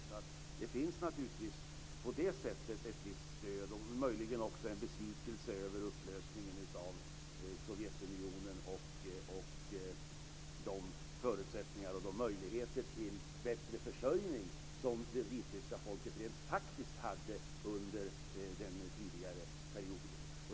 Så det finns naturligtvis på det sättet ett visst stöd, och möjligen också en besvikelse över upplösningen av Sovjetunionen och de förutsättningar och möjligheter till bättre försörjning som det vitryska folket rent faktiskt hade under den tidigare perioden.